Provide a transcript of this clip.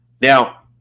Now